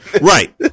Right